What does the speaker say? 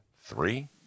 three